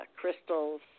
crystals